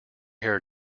hair